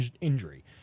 injury